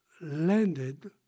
landed